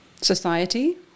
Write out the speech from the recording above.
Society